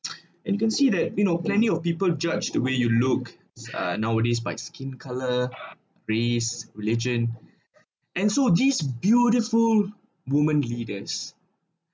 and can see that you know plenty of people judge the way you look uh nowadays by skin color race religion and so these beautiful women leaders